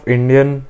Indian